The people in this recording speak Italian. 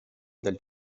dal